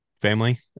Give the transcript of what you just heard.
family